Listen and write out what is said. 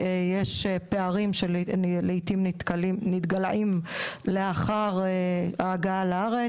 יש פערים שלעיתים מתגלעים לאחר ההגעה לארץ,